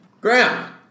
Graham